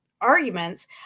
arguments